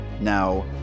Now